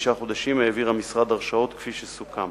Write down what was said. חמישה חודשים, העביר המשרד הרשאות כפי שסוכם.